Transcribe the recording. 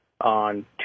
on